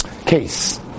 Case